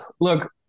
Look